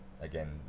again